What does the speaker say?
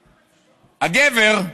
הגבר,